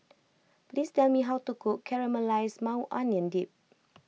please tell me how to cook Caramelized Maui Onion Dip